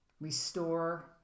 restore